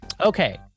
okay